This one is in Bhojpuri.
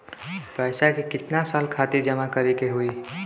पैसा के कितना साल खातिर जमा करे के होइ?